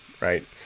right